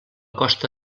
costa